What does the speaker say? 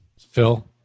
Phil